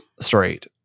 straight